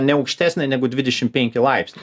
ne aukštesnė negu dvidešim penki laipsniai